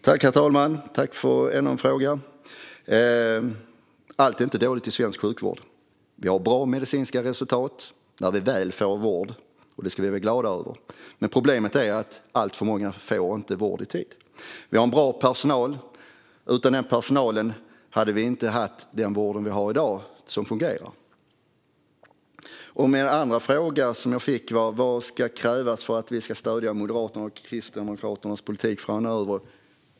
Herr talman! Tack för ännu en fråga! Allt inom svensk sjukvård är inte dåligt. De medicinska resultaten är bra, när patienter väl får vård. Det ska vi vara glada över. Problemet är dock att alltför många inte får vård i tid. Dessutom är personalen bra. Utan den hade vi i dag inte haft den vård som fungerar. Den andra frågan jag fick handlade om vad som krävs för att vi ska stödja Moderaternas och Kristdemokraternas politik framöver.